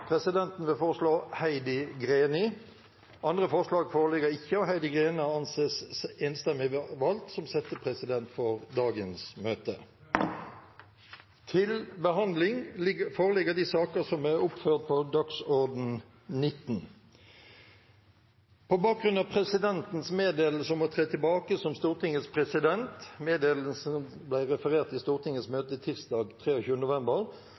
Presidenten vil foreslå Heidi Greni. – Andre forslag foreligger ikke, og Heidi Greni anses enstemmig valgt som settepresident for dagens møte. På bakgrunn av presidentens meddelelse om å tre tilbake som Stortingets president – meddelelsen ble referert i Stortingets møte tirsdag 23. november